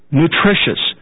nutritious